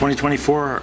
2024